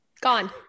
gone